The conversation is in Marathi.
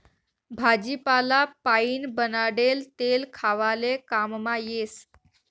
भाजीपाला पाइन बनाडेल तेल खावाले काममा येस